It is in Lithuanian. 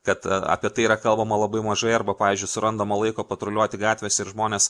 kad apie tai yra kalbama labai mažai arba pavyzdžiui surandama laiko patruliuoti gatvėse ir žmonės